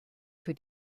für